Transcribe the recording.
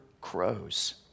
crows